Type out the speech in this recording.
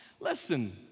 Listen